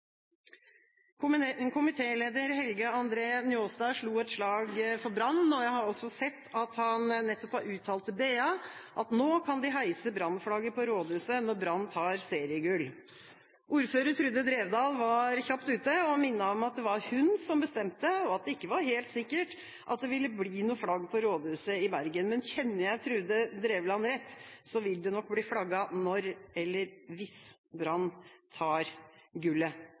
eliteserien. Komitéleder Helge André Njåstad slo et slag for Brann, og jeg har også sett at han nettopp har uttalt til BA at nå kan de heise Brann-flagget på rådhuset når Brann tar seriegull. Ordfører Trude Drevland var kjapt ute og minnet om at det var hun som bestemte, og at det ikke var helt sikkert at det ville bli noe flagg på rådhuset i Bergen. Men kjenner jeg Trude Drevland rett, vil det nok bli flagget når eller hvis Brann tar gullet